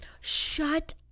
shut